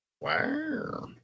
Wow